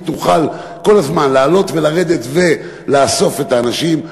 תוכל כל הזמן לעלות ולרדת ולאסוף את האנשים.